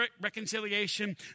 reconciliation